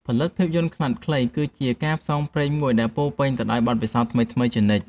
ផលិតភាពយន្តខ្នាតខ្លីគឺជាការផ្សងព្រេងមួយដែលពោរពេញទៅដោយបទពិសោធន៍ថ្មីៗជានិច្ច។